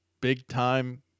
big-time